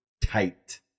tight